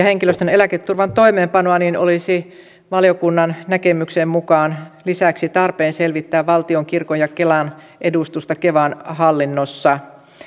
henkilöstön eläketurvan toimeenpanoa olisi valiokunnan näkemyksen mukaan lisäksi tarpeen selvittää valtion kirkon ja kelan edustusta kevan hallinnossa